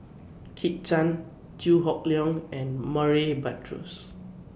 Kit Chan Chew Hock Leong and Murray Buttrose